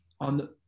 on